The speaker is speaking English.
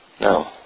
No